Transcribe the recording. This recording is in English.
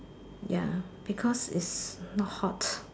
ya because is not hot